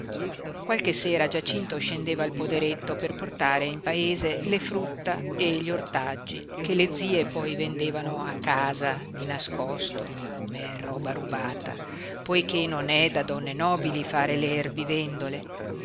qualche sera giacinto scendeva al poderetto per portare in paese le frutta e gli ortaggi che le zie poi vendevano a casa di nascosto come roba rubata poiché non è da donne nobili far le